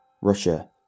Russia